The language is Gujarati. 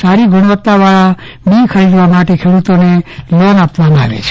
સારી ગુણવત્તાવાળા બી ખરીદવા માટે ખેડૂતોને લોન આપવામાં આવે છે